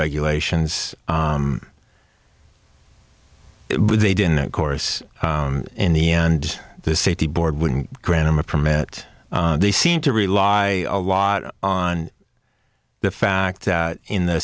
regulations but they didn't of course in the end the safety board wouldn't grant him a permit they seem to rely a lot on the fact that in the